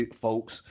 folks